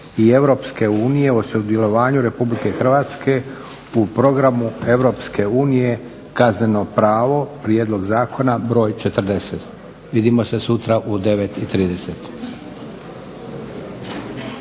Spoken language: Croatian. i Europske unije o sudjelovanju Republike Hrvatske u Programu Europske unije Kazneno pravo, P.Z. br. 40. Vidimo se sutra u 9,30.